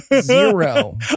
Zero